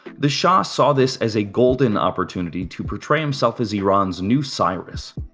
the shah saw this as a golden opportunity to portray himself as iran's new cyrus